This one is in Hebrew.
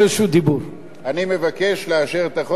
אני מבקש לאשר את החוק בקריאה שנייה ושלישית.